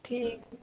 ਠੀਕ ਹੈ